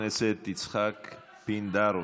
חבר הכנסת יצחק פינדרוס.